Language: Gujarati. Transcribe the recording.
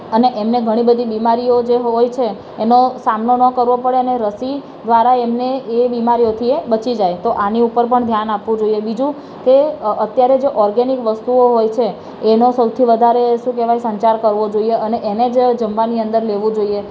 અને એમને ઘણી બધી બીમારીઓ જે હોય છે એનો સામનો ન કરવો પડે એને રસી દ્વારા એમને એ બીમારીઓથી એ બચી જાય તો આની ઉપર પર ધ્યાન આપવું જોઈએ બીજું કે અત્યારે જે ઑર્ગેનિક વસ્તુઓ હોય છે એનો સૌથી વધારે શું કહેવાય સંચાર કરવો જોઈએ અને એને જ જમવાની અંદર લેવું જોઈએ